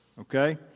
Okay